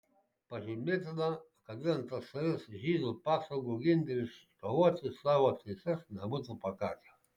pažymėtina kad vien tsrs žydų pastangų ginti ir iškovoti savo teises nebūtų pakakę